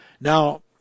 Now